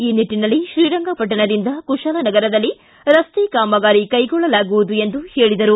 ಈ ನಿಟ್ಟನಲ್ಲಿ ತ್ರೀರಂಗಪಟ್ಟಣದಿಂದ ಕುಶಾಲನಗರದಲ್ಲಿ ವರೆಗೆ ರಸ್ತೆ ಕಾಮಗಾರಿ ಕೈಗೊಳ್ಳಲಾಗುವುದು ಎಂದು ಅವರು ಹೇಳಿದರು